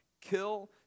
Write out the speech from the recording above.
Kill